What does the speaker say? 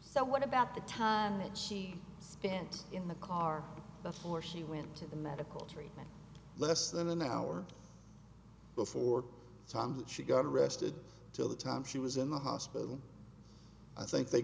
so what about the time that she spent in the car before she went to the medical treatment less than an hour before the time that she got arrested till the time she was in the hospital i think they